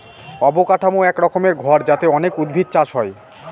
অবকাঠামো এক রকমের ঘর যাতে অনেক উদ্ভিদ চাষ হয়